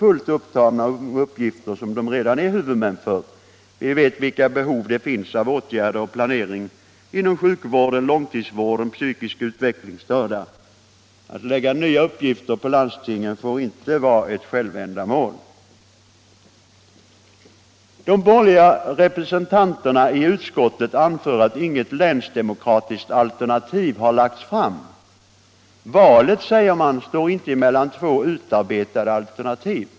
fullt upptagna med uppgifter som de redan är huvudmän för. Vi vet vilka behov det finns av åtgärder och planering inom sjukvården, långtidsvården och vården av psykiskt utvecklingsstörda. Att lägga nya uppgifter på landstingen får inte vara ett självändamål. De borgerliga representanterna i utskottet anför att inget länsdemokratiskt alternativ har lagts fram. Valet, säger man, står inte mellan två utarbetade alternativ.